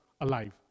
alive